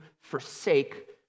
forsake